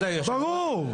ברור.